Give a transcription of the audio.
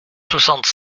soixante